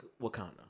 wakanda